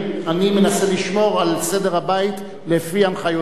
אני מנסה לשמור על סדר הבית לפי הנחיותיך.